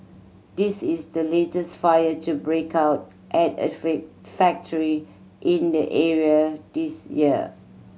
this is the latest fire to break out at a factory in the area this year